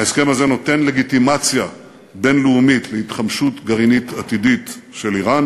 ההסכם הזה נותן לגיטימציה בין-לאומית להתחמשות גרעינית עתידית של איראן